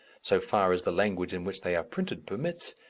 so far as the language in which they are printed permits,